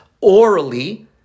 orally